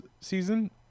season